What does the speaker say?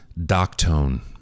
Doctone